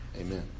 amen